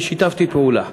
אני שיתפתי פעולה,